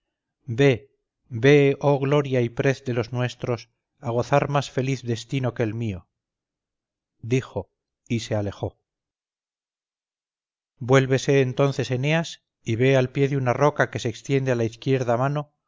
ve ve oh gloria y prez de los nuestros a gozar más feliz destino que el mío dijo y se alejó vuélvese entonces eneas y ve al pie de una roca que se extiende a la izquierda mano